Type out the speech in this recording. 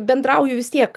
bendrauju vis tiek